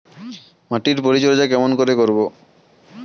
মাটির পরিচর্যা কেমন করে করব?